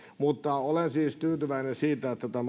olen siis tyytyväinen siitä että tämä asia on tänne edennyt